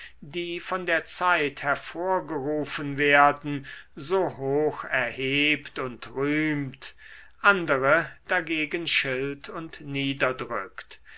die von der zeit hervorgerufen werden so hoch erhebt und rühmt andere dagegen schilt und niederdrückt